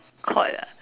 caught ah